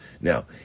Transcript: Now